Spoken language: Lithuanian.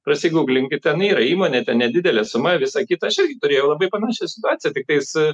prasigūglinkit ten yra įmonė nedidelė suma visa kita aš ir turėjau labai panašią situaciją tiktais